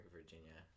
Virginia